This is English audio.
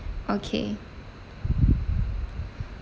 okay